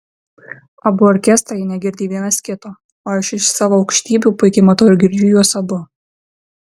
abu orkestrai negirdi vienas kito o aš iš savo aukštybių puikiai matau ir girdžiu juos abu